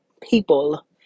people